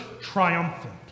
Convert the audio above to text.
triumphant